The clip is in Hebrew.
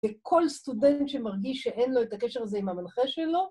וכל סטודנט שמרגיש שאין לו את הקשר הזה עם המנחה שלו...